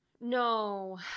No